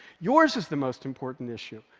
yours is the most important issue,